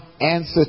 answer